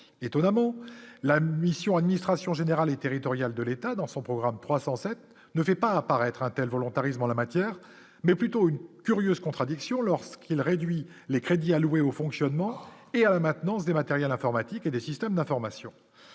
étonnamment la mission administration générale et territoriale de l'État dans son programme 307 ne fait pas apparaître untel volontarisme en la matière, mais plutôt une curieuse contradiction lorsqu'il réduit les crédits alloués au fonctionnement et à la maintenance des matériels informatiques et des systèmes d'information,